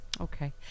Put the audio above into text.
Okay